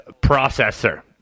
processor